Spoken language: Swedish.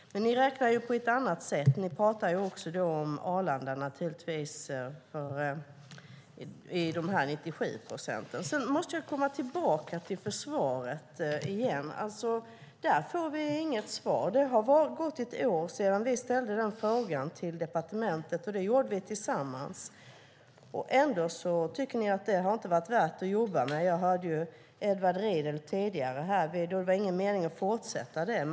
Ni räknar på ett annat sätt, och ni pratar naturligtvis om Arlanda i fråga om de 97 procenten. Jag måste komma tillbaka till försvaret igen. Där får vi inget svar. Det har gått ett år sedan vi ställde den frågan till departementet. Det gjorde vi tillsammans, och ändå tycker ni att det inte har varit värt att jobba med det. Jag hörde Edward Riedl säga här tidigare att det inte var någon mening att fortsätta det.